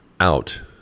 Out